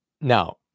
Now